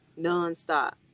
nonstop